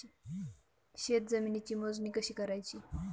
शेत जमिनीची मोजणी कशी करायची?